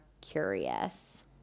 curious